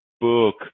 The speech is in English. book